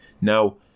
Now